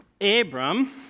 Abram